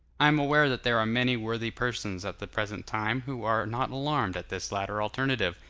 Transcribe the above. i am aware that there are many worthy persons at the present time who are not alarmed at this latter alternative,